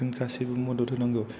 जों गासैबो मदद होनांगौ